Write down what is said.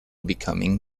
becoming